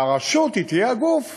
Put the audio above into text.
והרשות תהיה גוף